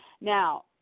Now